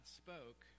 spoke